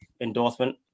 endorsement